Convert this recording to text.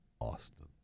Austin